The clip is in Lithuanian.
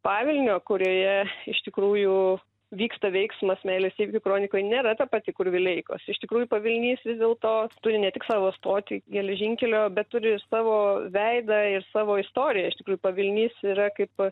pavilnio kurioje iš tikrųjų vyksta veiksmas meilės įvykių kronikoj nėra ta pati kur vileikos iš tikrųjų pavilnys vis dėlto turi ne tik savo stotį geležinkelio bet turi ir savo veidą ir savo istoriją iš tikrųjų pavilnys yra kaip